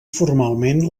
formalment